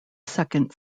second